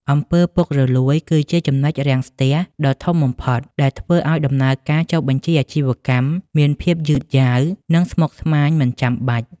អំពើពុករលួយ គឺជា ចំណុចរាំងស្ទះ ដ៏ធំបំផុតដែលធ្វើឱ្យដំណើរការចុះបញ្ជីអាជីវកម្មមានភាពយឺតយ៉ាវ និងស្មុគស្មាញមិនចាំបាច់។